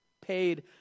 paid